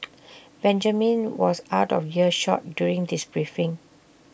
Benjamin was out of earshot during this briefing